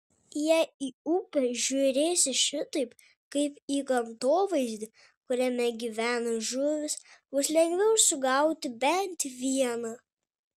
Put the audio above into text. jei į upę žiūrėsi šitaip kaip į gamtovaizdį kuriame gyvena žuvys bus lengviau sugauti bent vieną